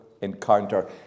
encounter